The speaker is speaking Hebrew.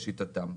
לשיטתם.